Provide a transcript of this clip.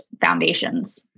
foundations